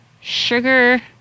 sugar